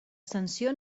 sanció